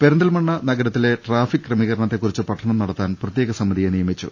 പെരിന്തൽമണ്ണ നഗരത്തിലെ ട്രാഫിക് ക്രമീകരണത്തെക്കുറിച്ച് പഠനം നടത്താൻ പ്രത്യേക സമിതിയെ നിയമിച്ചു